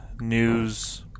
news